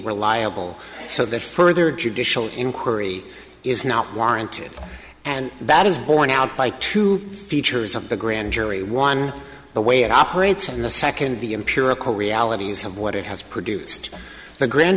reliable so that further judicial inquiry is not warranted and that is borne out by two features of the grand jury one the way it operates and the second the empirical realities of what it has produced the grand